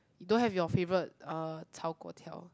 you don't have your favourite uh 炒果条